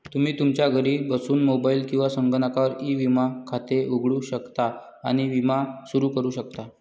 तुम्ही तुमच्या घरी बसून मोबाईल किंवा संगणकावर ई विमा खाते उघडू शकता आणि विमा सुरू करू शकता